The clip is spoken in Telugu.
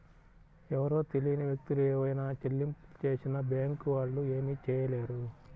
ఎవరో తెలియని వ్యక్తులు ఏవైనా చెల్లింపులు చేసినా బ్యేంకు వాళ్ళు ఏమీ చేయలేరు